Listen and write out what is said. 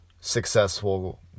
successful